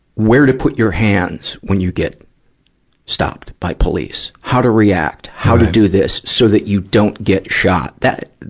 where to put your hands when you get stopped by police. how to react. how to do this, so that you don't get shot. that,